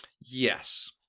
Yes